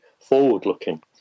forward-looking